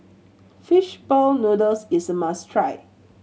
fish ball noodles is a must try